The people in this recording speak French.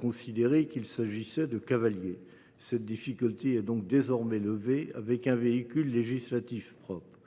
considérant qu’il s’agissait de cavaliers. Cette difficulté est désormais levée, avec un véhicule législatif propre.